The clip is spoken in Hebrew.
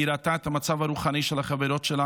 היא ראתה את המצב הרוחני של החברות שלה